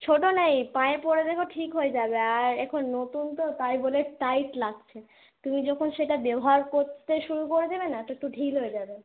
ছোটো নয় পায়ে পরে দেখো ঠিক হয়ে যাবে আর এখন নতুন তো তাই বলে টাইট লাগছে তুমি যখন সেটা ব্যবহার করতে শুরু করে দেবে না তো একটু ঢিল হয়ে যাবে